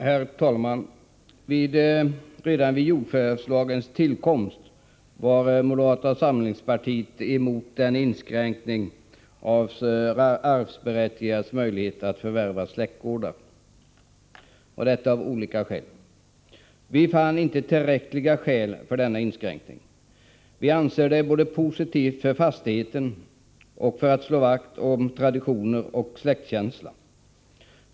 Herr talman! Redan vid jordförvärvslagens tillkomst var moderata samlingspartiet emot eh inskränkning av arvsberättigades möjlighet att förvärva släktgårdar, och detta av olika anledningar. Vi fann inte tillräckliga skäl för denna inskränkning. Vi anser ett släktförvärv vara positivt både för fastigheten och när det gäller att slå vakt om traditioner och släktkänsla.